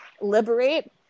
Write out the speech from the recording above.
liberate